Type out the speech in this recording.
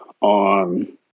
on